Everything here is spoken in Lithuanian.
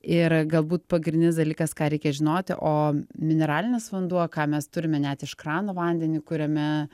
ir galbūt pagrindinis dalykas ką reikia žinoti o mineralinis vanduo ką mes turime net iš krano vandenį kuriame